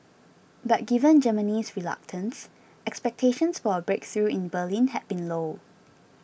but given Germany's reluctance expectations for a breakthrough in Berlin had been low